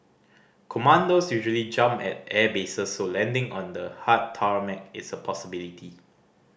commandos usually jump at airbases so landing on the hard tarmac is a possibility